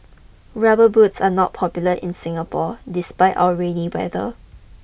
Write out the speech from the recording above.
rubber boots are not popular in Singapore despite our rainy weather